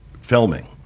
filming